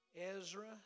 Ezra